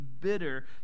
bitter